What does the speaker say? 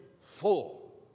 full